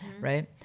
Right